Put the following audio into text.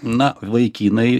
na vaikinai